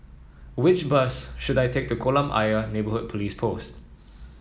which bus should I take to Kolam Ayer Neighbourhood Police Post